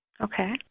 Okay